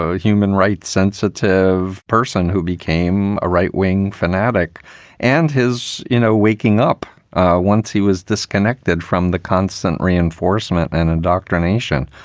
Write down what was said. ah human rights sensitive person who became a right wing fanatic and his, you know, waking up once he was disconnected from the constant reinforcement and indoctrination.